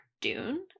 Dune